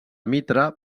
mitra